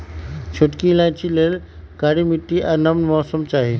छोटकि इलाइचि लेल कारी माटि आ नम मौसम चाहि